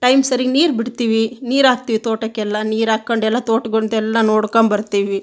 time ಸರಿಗೆ ನೀರು ಬಿಡ್ತೀವಿ ನೀರು ಹಾಕ್ತಿವ್ ತೋಟಕ್ಕೆಲ್ಲ ನೀರು ಹಾಕೊಂಡೆಲ ತೋಟಗಳ್ದೆಲ್ಲ ನೋಡ್ಕೊಂಬರ್ತಿವಿ